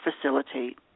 facilitate